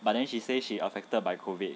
but then she say she affected by COVID